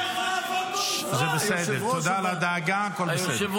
זה בסדר, תודה על הדאגה, הכול בסדר.